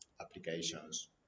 applications